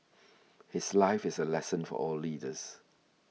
his life is a lesson for all leaders